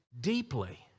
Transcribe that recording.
deeply